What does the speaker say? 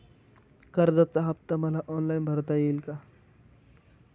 कर्जाचा हफ्ता मला ऑनलाईन भरता येईल का?